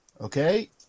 Okay